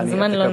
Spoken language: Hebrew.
והזמן לא,